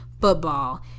football